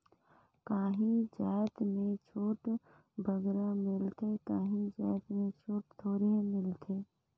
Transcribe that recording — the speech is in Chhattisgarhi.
काहीं जाएत में छूट बगरा मिलथे काहीं जाएत में छूट थोरहें मिलथे